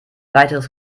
weiteres